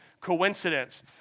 coincidence